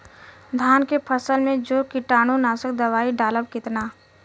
धान के फसल मे जो कीटानु नाशक दवाई डालब कितना?